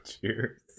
Cheers